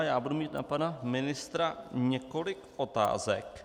Já budu mít na pana ministra několik otázek.